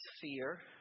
fear